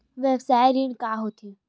व्यवसाय ऋण का होथे?